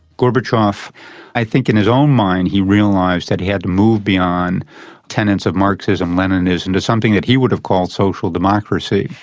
gorbachev i think in his own mind, he realised that he had to move beyond tenets of marxism and leninism to something that he would have called social democracy.